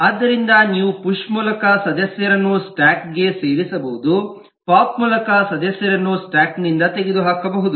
ಆದ್ದರಿಂದ ನೀವು ಪುಶ್ ಮೂಲಕ ಸದಸ್ಯರನ್ನು ಸ್ಟಾಕ್ ಗೆ ಸೇರಿಸಬಹುದು ಪೋಪ್ ಮೂಲಕ ಸದಸ್ಯರನ್ನು ಸ್ಟಾಕ್ ನಿಂದ ತೆಗೆದುಹಾಕಬಹುದು